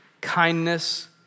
kindness